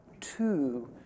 two